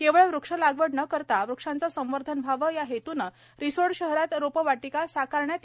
केवळ वृक्ष लागवड न करता वृक्षांचे संवर्धन व्हावे या हेतूने रिसोड शहरात रोपवाटिका साकारण्यात येत आहे